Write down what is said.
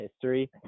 history